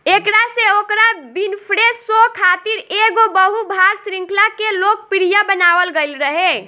एकरा से ओकरा विनफ़्रे शो खातिर एगो बहु भाग श्रृंखला के लोकप्रिय बनावल गईल रहे